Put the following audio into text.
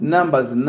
Numbers